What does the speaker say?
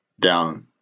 down